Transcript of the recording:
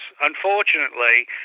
Unfortunately